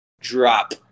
drop